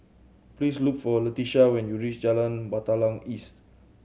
please look for Leticia when you reach Jalan Batalong East